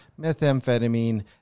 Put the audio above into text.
methamphetamine